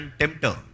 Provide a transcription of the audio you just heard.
tempter